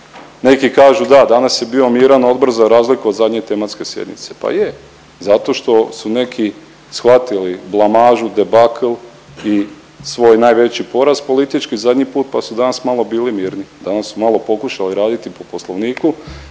Neki kažu da danas je bio miran odbor za razliku od zadnje tematske sjednice. Pa je zato što su neki shvatili blamažu, debakl i svoj najveći poraz politički zadnji put, pa su danas malo bili mirni, danas su malo pokušali raditi po Poslovniku